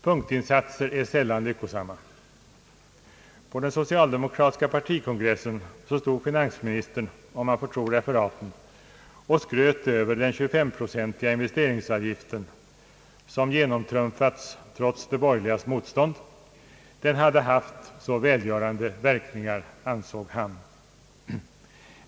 Punktinsatser är sällan lyckosamma. På den socialdemokratiska partikongressen stod finansministern, om man får tro referaten, och skröt över den 25-procentiga investeringsavgiften som genomtrumfats trots de borgerligas motstånd. Den hade haft så välgörande verkningar, ansåg han.